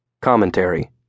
Commentary